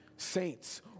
Saints